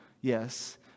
yes